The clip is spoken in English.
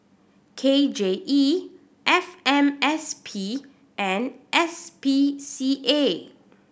K J E F M S P and S P C A